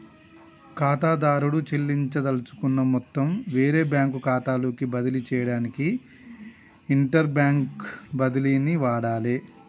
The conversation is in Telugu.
ఖాతాదారుడు చెల్లించదలుచుకున్న మొత్తం వేరే బ్యాంకు ఖాతాలోకి బదిలీ చేయడానికి ఇంటర్బ్యాంక్ బదిలీని వాడాలే